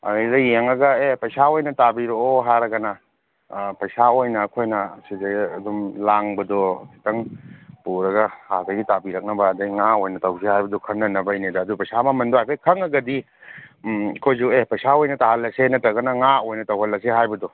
ꯑꯗꯨꯗ ꯌꯦꯡꯉꯒ ꯑꯦ ꯄꯩꯁꯥ ꯑꯣꯏꯅ ꯇꯥꯕꯤꯔꯛꯑꯣ ꯍꯥꯏꯔꯒꯅ ꯄꯩꯁꯥ ꯑꯣꯏꯅ ꯑꯩꯈꯣꯏꯅ ꯁꯤꯗ ꯑꯗꯨꯝ ꯂꯥꯡꯕꯗꯣ ꯈꯤꯇꯪ ꯄꯨꯔꯒ ꯑꯥꯗꯒꯤ ꯇꯥꯕꯤꯔꯛꯅꯕ ꯑꯗꯒꯤ ꯉꯥ ꯑꯣꯏꯅ ꯇꯧꯁꯦ ꯍꯥꯏꯕꯗꯣ ꯈꯟꯅꯅꯕꯒꯤꯅꯤꯗ ꯑꯗꯨ ꯄꯩꯁꯥ ꯃꯃꯟꯗꯣ ꯍꯥꯏꯐꯦꯠ ꯈꯪꯉꯒꯗꯤ ꯑꯩꯈꯣꯏꯁꯨ ꯑꯦ ꯄꯩꯁꯥ ꯑꯣꯏꯅ ꯇꯥꯍꯜꯂꯁꯦ ꯅꯠꯇ꯭ꯔꯒꯅ ꯉꯥ ꯑꯣꯏꯅ ꯇꯧꯍꯜꯂꯁꯦ ꯍꯥꯏꯕꯗꯣ